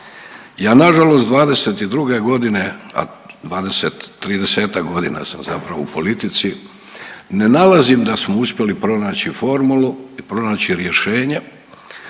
Ja nažalost '22.g., a 20, 30-tak godina sam zapravo u politici ne nalazim da smo uspjeli pronaći formulu i pronaći rješenje